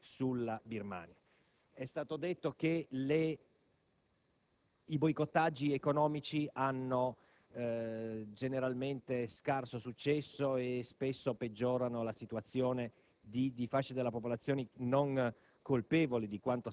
esercitare reali pressioni sulla Birmania. È stato sostenuto che i boicottaggi economici hanno generalmente scarso successo e spesso peggiorano la situazione di